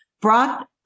brought